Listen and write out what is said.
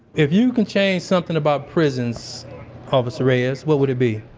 if you could change something about prisons officer reyes, what would it be?